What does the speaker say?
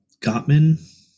Gottman